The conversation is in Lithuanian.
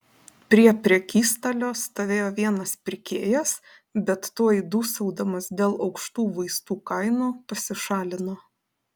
prie prekystalio stovėjo vienas pirkėjas bet tuoj dūsaudamas dėl aukštų vaistų kainų pasišalino